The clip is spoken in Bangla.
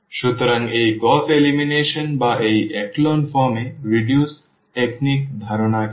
সুতরাং এই গউস এলিমিনেশন বা এই echelon form এ রিডিউস কৌশলের ধারণা কী